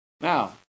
Now